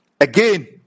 again